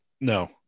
No